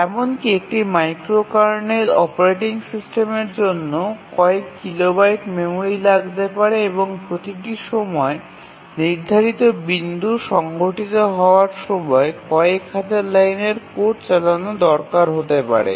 এমনকি একটি microkernel operating সিস্টেমের জন্য কয়েক কিলোবাইট মেমরি লাগতে পারে এবং প্রতিটি সময় নির্ধারিত বিন্দু সংঘটিত হওয়ার সময় কয়েক হাজার লাইনের কোড চালানো দরকার হতে পারে